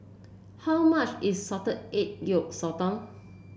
how much is Salted Egg Yolk Sotong